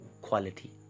quality